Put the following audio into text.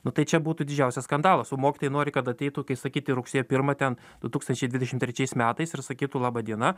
nu tai čia būtų didžiausias skandalas o mokytojai nori kad ateitų kai sakyti rugsėjo pirmą ten du tūkstančiai dvidešim trečiais metais ir sakytų laba diena